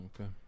Okay